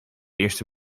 eerste